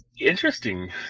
interesting